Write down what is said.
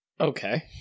Okay